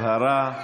הבהרה.